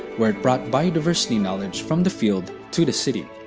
where it brought biodiversity knowledge from the field, to the city.